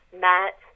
Matt